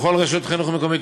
בכל רשות חינוך מקומית,